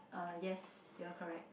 uh yes you are correct